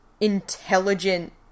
intelligent